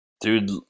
Dude